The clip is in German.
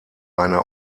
eine